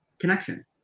connection